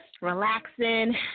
relaxing